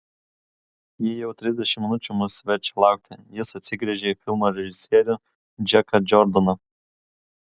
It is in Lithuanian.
ji jau trisdešimt minučių mus verčia laukti jis atsigręžė į filmo režisierių džeką džordaną